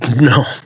No